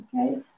okay